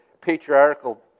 patriarchal